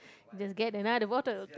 just get another bottle